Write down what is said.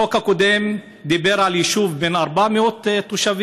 החוק הקודם דיבר על יישוב בן 400 תושבים,